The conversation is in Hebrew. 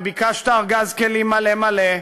וביקשת ארגז כלים מלא מלא.